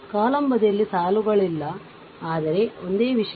column ಬದಿಯಲ್ಲಿ ಸಾಲುಗಳಲ್ಲಿಲ್ಲ ಆದರೆ ಒಂದೇ ವಿಷಯ